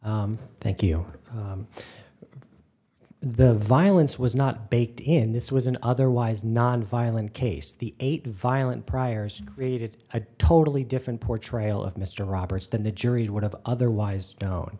adler thank you the violence was not baked in this was an otherwise nonviolent case the eight violent priors created a totally different portrayal of mr roberts than the juries would have otherwise known